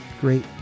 great